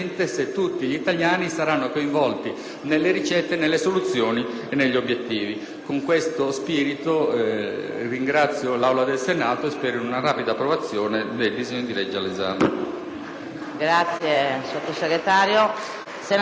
nelle ricette, nelle soluzioni e negli obiettivi. Con questo spirito ringrazio l'Aula del Senato, auspicando una rapida approvazione dei disegni di legge al nostro